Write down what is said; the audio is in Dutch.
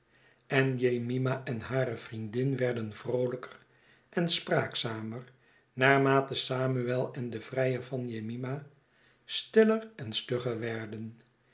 en jemima en hare vriendin werden vroolijker en spraakzamer naarm ate samuel en de vrijer van jemima stiller en stugger werden